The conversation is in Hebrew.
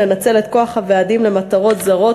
לנצל את כוח הוועדים למטרות זרות,